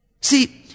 See